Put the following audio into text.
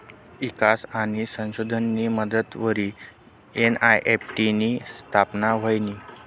ईकास आणि संशोधननी मदतवरी एन.ई.एफ.टी नी स्थापना व्हयनी